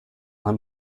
him